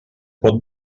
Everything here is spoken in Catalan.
pot